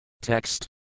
Text